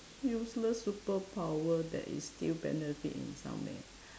useless superpower that it still benefit in some way